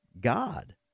God